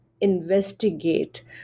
investigate